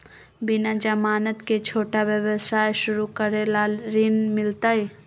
बिना जमानत के, छोटा व्यवसाय शुरू करे ला ऋण मिलतई?